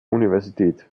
universität